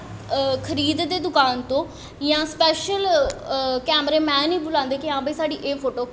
खरीददे दुकान तो जां स्पैशल कैमरा मैन ही बुलांदे कि हां भाई साढ़ी एह् फोटो